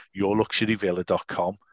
yourluxuryvilla.com